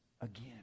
again